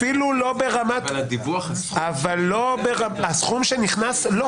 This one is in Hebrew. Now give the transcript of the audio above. אבל הדיווח, הסכום --- הסכום שנכנס - לא.